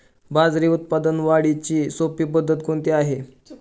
बाजरी उत्पादन वाढीची सोपी पद्धत कोणती आहे?